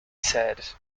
said